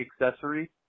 accessory